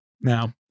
Now